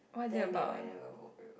damn it why I never vote you